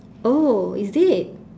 oh is it